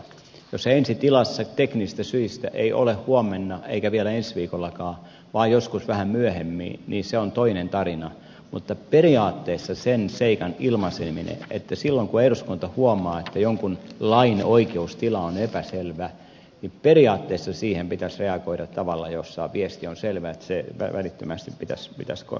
jos se ensi tilassa teknisistä syistä ei ole huomenna eikä vielä ensi viikollakaan vaan joskus vähän myöhemmin niin se on toinen tarina mutta periaatteessa silloin kun eduskunta huomaa että jonkun lain oikeustila on epäselvä siihen pitäisi reagoida tavalla jolla viesti on selvä ja ilmaista että se välittömästi pitäisi korjata